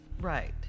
Right